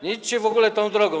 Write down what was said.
Nie idźcie w ogóle tą drogą.